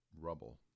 rubble